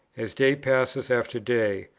as day passes after day,